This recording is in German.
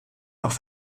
auch